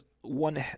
one